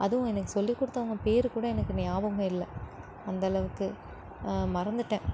அதுவும் எனக்கு சொல்லி கொடுத்தவங்க பேர் கூட எனக்கு ஞாபகம் இல்லை அந்த அளவுக்கு மறந்துவிட்டேன்